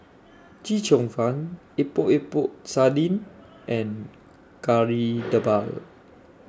Chee Cheong Fun Epok Epok Sardin and Kari Debal